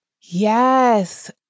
Yes